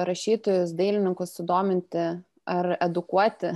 rašytojus dailininkus sudominti ar edukuoti